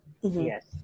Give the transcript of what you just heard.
Yes